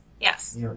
Yes